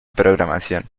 programación